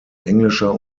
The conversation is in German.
englischer